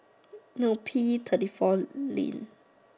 no P thirty four lin